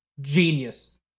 genius